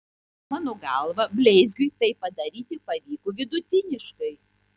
mano galva bleizgiui tai padaryti pavyko vidutiniškai